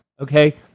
okay